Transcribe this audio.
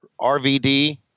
RVD